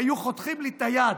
היו חותכים לי את היד,